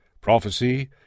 PROPHECY